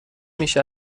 میشه